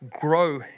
grow